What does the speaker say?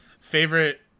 favorite